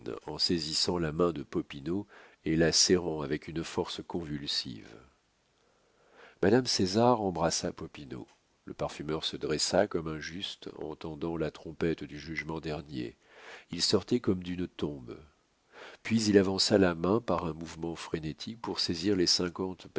en saisissant la main de popinot et la serrant avec une force convulsive madame césar embrassa popinot le parfumeur se dressa comme un juste entendant la trompette du jugement dernier il sortait comme d'une tombe puis il avança la main par un mouvement frénétique pour saisir les cinquante